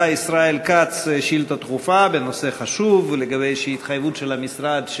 ישראל כץ שאילתה דחופה בנושא חשוב לגבי התחייבות כלשהי של המשרד,